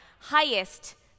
highest